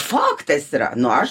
faktas yra nu aš